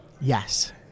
Yes